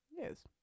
Yes